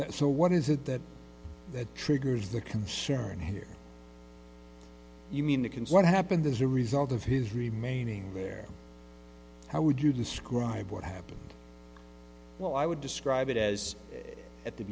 that so what is it that that triggers the concern here you mean you can see what happened as a result of his remaining there how would you describe what happened well i would describe it as at the